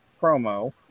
promo